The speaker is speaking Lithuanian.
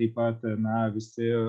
taip pat na visi